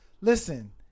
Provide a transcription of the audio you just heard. listen